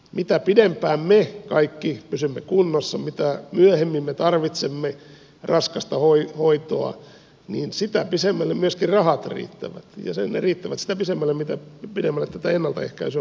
mitä pidempään me kaikki pysymme kunnossa mitä myöhemmin me tarvitsemme raskasta hoitoa niin sitä pidemmälle myöskin rahat riittävät ja ne riittävät sitä pidemmälle mitä pidemmälle tätä ennaltaehkäisyä voidaan tehdä